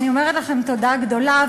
אני אומרת לכן תודה גדולה.